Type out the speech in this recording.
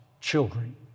children